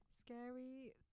scary